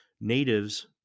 natives